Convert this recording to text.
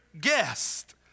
guest